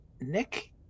nick